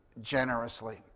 generously